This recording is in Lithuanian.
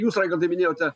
jūs raigardai minėjote